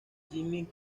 jimmy